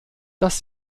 dass